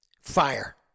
Fire